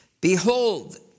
Behold